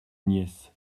nièce